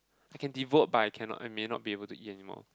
I can devote but I cannot I may not be able to eat anymore